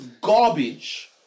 garbage